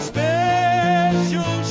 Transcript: Special